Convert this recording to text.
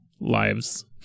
lives